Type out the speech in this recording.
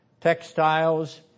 textiles